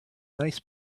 nice